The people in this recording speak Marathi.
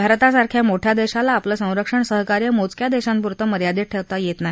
भारतासारख्या मोठ्या देशाला आपलं संरक्षण सहकार्य मोजक्या देशांपुरतं मर्यादित ठेवता येत नाही